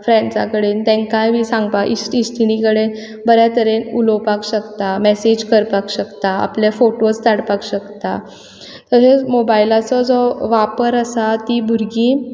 फ्रेंड्सां कडेन तेंकांय बी सांगपा इश्ट इश्टिणी कडेन बऱ्या तरेन उलोवपाक शकता मेसेज करपाक शकता आपले फोटोस धाडपाक शकता मोबायलाचो जो वापर आसा ती भुरगीं